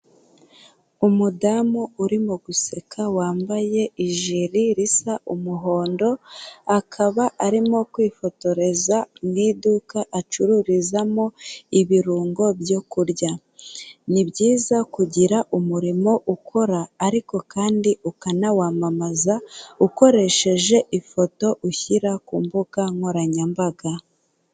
Umudamu urimo guseka, wambaye ijiri risa umuhondo, akaba arimo kwifotoreza mu iduka acururizamo ibirungo byo kurya. Ni byiza kugira umurimo ukora, ariko kandi ukanawamamaza ukoresheje ifoto ushyira ku mbuga nkoranyambaga.